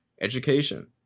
education